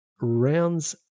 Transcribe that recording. rounds